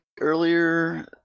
earlier